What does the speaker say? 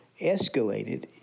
escalated